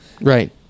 Right